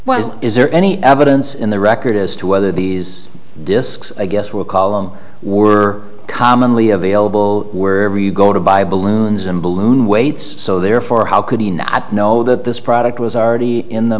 well is there any evidence in the record as to whether these discs i guess we'll call them were commonly available wherever you go to buy balloons and balloon weights so therefore how could he not know that this product was already in the